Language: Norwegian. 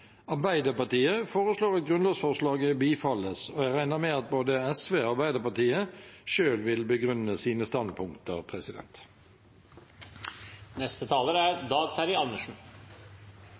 Arbeiderpartiet foreslår at grunnlovsforslaget bifalles. Jeg regner med at både SV og Arbeiderpartiet selv vil begrunne sine standpunkter. På bakgrunn av saksordførerens grundige gjennomgang og av begrunnelsen for forslaget, som er